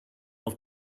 auf